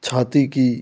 छाती की